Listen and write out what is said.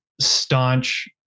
staunch